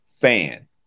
fan